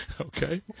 okay